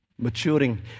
maturing